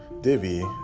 Divi